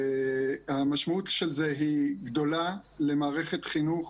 והמשמעות של זה היא גדולה למערכת חינוך,